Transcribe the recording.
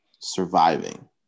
surviving